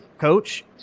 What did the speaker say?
coach